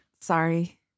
Sorry